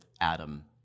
Adam